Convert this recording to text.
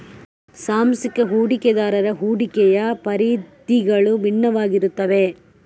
ಸಾಂಸ್ಥಿಕ ಹೂಡಿಕೆದಾರರ ಹೂಡಿಕೆಯ ಪರಿಧಿಗಳು ಭಿನ್ನವಾಗಿರುತ್ತವೆ